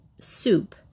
soup